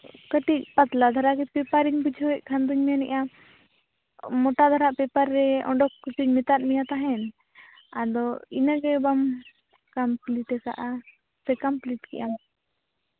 ᱠᱟᱹᱴᱤᱡ ᱯᱟᱛᱞᱟ ᱫᱷᱟᱨᱟ ᱜᱮ ᱯᱮᱯᱟᱨᱤᱧ ᱵᱩᱡᱷᱟᱹᱣ ᱮᱫ ᱠᱷᱟᱱ ᱫᱚᱧ ᱢᱮᱱᱮᱫᱼᱟ ᱢᱳᱴᱟ ᱫᱷᱟᱨᱟ ᱯᱮᱯᱟᱨ ᱨᱮ ᱚᱰᱳᱠ ᱦᱚᱪᱚᱧ ᱢᱮᱛᱟᱫ ᱢᱮ ᱛᱟᱦᱮᱱ ᱟᱫᱚ ᱤᱱᱟᱹᱜᱮ ᱵᱟᱢ ᱠᱚᱢᱯᱞᱤᱴ ᱟᱠᱟᱫᱼᱟ ᱥᱮ ᱠᱚᱢᱯᱞᱤᱴ ᱠᱮᱫ ᱟᱢ